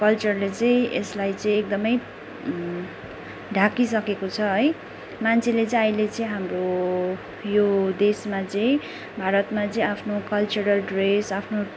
कल्चरले चाहिँ यसलाई चाहिँइ एकदमै ढाकिसकेको छ है मान्छेले चाहिँ अहिले चाहिँ हाम्रो यो देशमा चाहिँ भारतमा चाहिँ आफ्नो कल्चरल ड्रेस आफ्नो